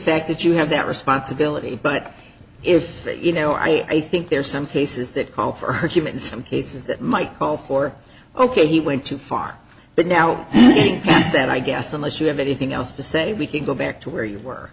fact that you have that responsibility but if you know i think there are some cases that call for her human some cases that might call for ok he went too far but now then i guess unless you have anything else to say we can go back to where you were